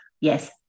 Yes